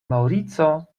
maŭrico